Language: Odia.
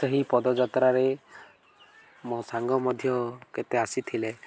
ସେହି ପଦଯାତ୍ରାରେ ମୋ ସାଙ୍ଗ ମଧ୍ୟ କେତେ ଆସିଥିଲେ